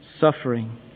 suffering